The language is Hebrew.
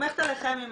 סומכת עליכם עם